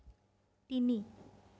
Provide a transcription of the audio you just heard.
তিনি